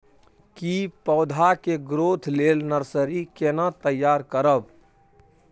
की पौधा के ग्रोथ लेल नर्सरी केना तैयार करब?